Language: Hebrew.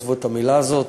עזבו את המילה הזאת,